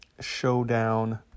showdown